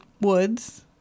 woods